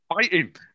fighting